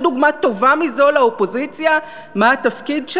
יש דוגמה טובה מזו לאופוזיציה, מה התפקיד שלה?